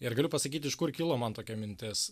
ir galiu pasakyti iš kur kilo man tokia mintis